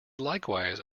likewise